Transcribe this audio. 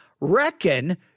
reckon